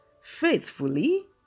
faithfully